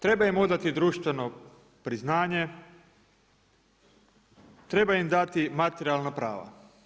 Treba im odati društveno priznanje, treba im dati materijalna prava.